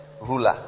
ruler